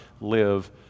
live